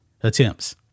attempts